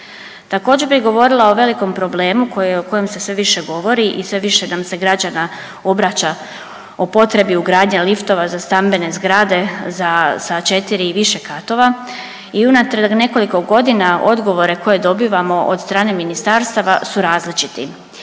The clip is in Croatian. Također bi govorila o velikom problemu o kojem se sve više govori i sve više nam se građana obraća o potrebi ugradnje liftova za stambene zgrade sa četiri i više katova i unatrag nekoliko godina odgovore koje dobivamo od strane ministarstava su različiti.